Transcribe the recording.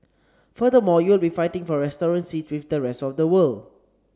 furthermore you will be fighting for restaurant seat with the rest of the world